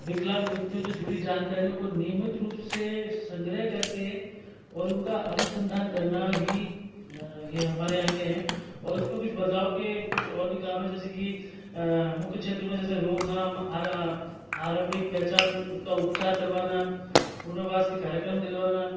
विकलांग बच्चों से जुड़ी जानकारियों को नियमित रूप से संग्रह कर के उनका अनुसन्धान करना ही ये हमारे यहाँ के हैं और उसके बदलाव के कुछ और भी काम हैं जैसे की मुख्य क्षेत्र में जैसे रोकथाम आरंभिक पहचान उसका उपचार करवाना पुनर्वास के कार्यक्रम दिलवाना